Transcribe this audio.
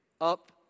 Up